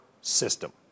system